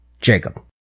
Jacob